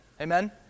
Amen